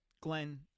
Glenn